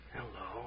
Hello